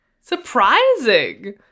Surprising